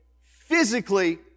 physically